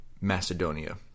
macedonia